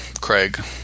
Craig